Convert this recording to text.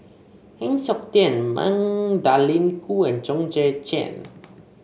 Heng Siok Tian Magdalene Khoo and Chong Tze Chien